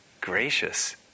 gracious